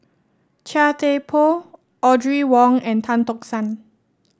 Chia Thye Poh Audrey Wong and Tan Tock San